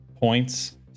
points